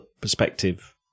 perspective